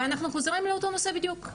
ואנחנו חוזרים לאותו נושא בדיוק,